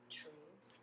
trees